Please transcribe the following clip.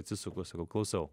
atsisuku sakau klausau